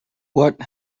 what